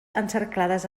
encerclades